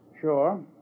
Sure